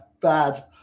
bad